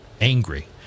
angry